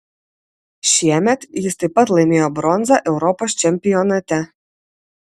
šiemet jis taip pat laimėjo bronzą europos čempionate